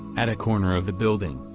at a corner of the building.